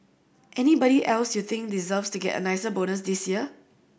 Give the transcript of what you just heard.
anybody else you think deserves to get a nicer bonus this year